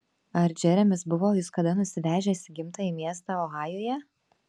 ar džeremis buvo jus kada nusivežęs į gimtąjį miestą ohajuje